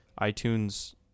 iTunes